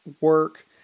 work